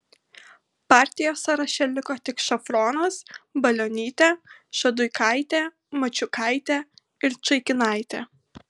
partijos sąraše liko tik šafronas balionytė šaduikaitė mačiuikaitė ir čaikinaitė